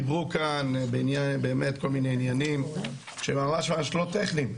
דיברו כאן בעניין באמת כל מיני עניינים שממש ממש לא טכניים,